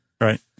right